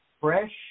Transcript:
fresh